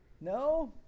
No